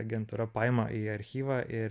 agentūra paima į archyvą ir